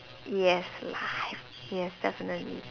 yes life yes definitely